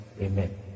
amen